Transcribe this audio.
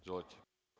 Izvolite.